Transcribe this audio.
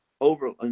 over